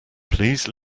please